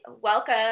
welcome